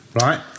right